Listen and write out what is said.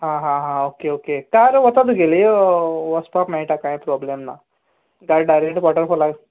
हां हां हां ओके ओके कार वता तुगेली वचपाक मेळटा कांय प्रोबल्म ना डायरेक्ट वॉटरफोलाक